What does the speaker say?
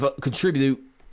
contribute